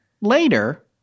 later